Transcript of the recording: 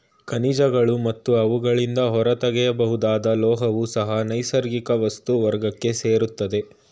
ಖನಿಜಗಳು ಮತ್ತು ಅವುಗಳಿಂದ ಹೊರತೆಗೆಯಬಹುದಾದ ಲೋಹವೂ ಸಹ ನೈಸರ್ಗಿಕ ವಸ್ತು ವರ್ಗಕ್ಕೆ ಸೇರಯ್ತೆ